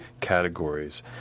categories